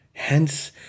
Hence